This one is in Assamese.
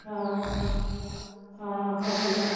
অঁ অঁ হ'ব দে